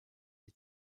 die